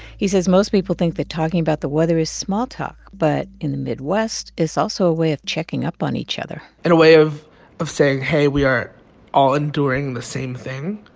he says most people think that talking about the weather is small talk, but in the midwest, it's also a way of checking up on each other and a way of of saying, hey, we are all enduring the same thing,